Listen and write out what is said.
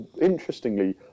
interestingly